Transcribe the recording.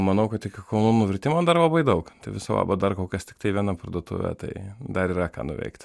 manau kad iki kalnų nuvertimo dar labai daug viso labo dar kol kas tiktai viena parduotuvė tai dar yra ką nuveikt